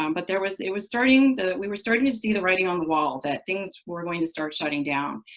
um but there was it was starting we were starting to see the writing on the wall that things were going to start shutting down.